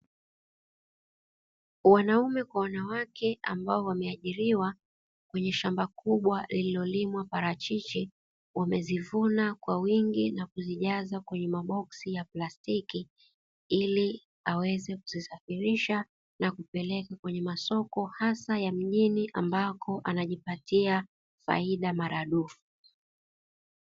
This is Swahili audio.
Wanaume kwa wanawake ambao wameajiriwa kwenye shamba kubwa lililolimwa parachichi wamezivuna kwa wingi na kuzijaza kwenye maboksi ya plastiki ili aweze kuzisafirisha na kupeleka kwenye masoko hasa ya mjini ambako wanajipatia faida mara dufu.